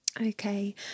Okay